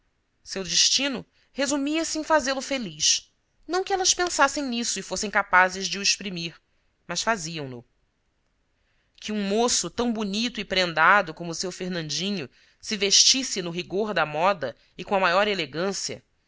seu destino resumia se em fazê-lo feliz não que elas pensassem isto e fossem capaz de o exprimir mas faziam no que um moço tão bonito e prendado como o seu fernandinho se vestisse no rigor da moda e com a maior elegância